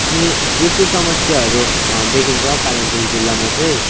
अनि यस्तै समस्याहरू देखिन्छ कालिम्पोङ जिल्लामा चाहिँ